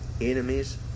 enemies